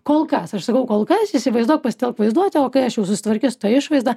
kol kas aš sakau kol kas įsivaizduok pasitelk vaizduotę o kai aš jau susitvarkius tą išvaizdą